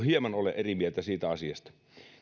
hieman olen eri mieltä siitä asiasta